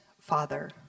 father